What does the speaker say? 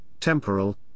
temporal